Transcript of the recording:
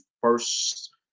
first –